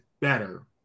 better